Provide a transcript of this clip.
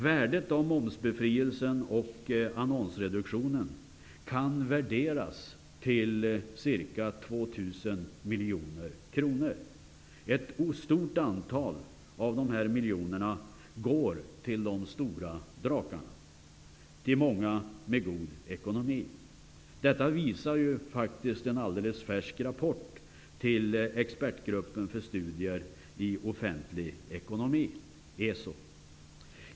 Värdet av momsbefrielsen och annonsreduktionen kan uppskattas till ca 2 000 miljoner kronor. Ett stort antal av dessa miljoner går till de stora drakarna, många med god ekonomi. Detta visar en alldeles färsk rapport till Expertgruppen för studier i offentlig ekonomi, ESO.